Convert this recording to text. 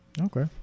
Okay